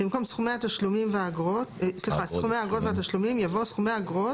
במקום "סכומי האגרות והתשלומים" יבוא "סכומי האגרות"